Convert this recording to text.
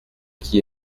qui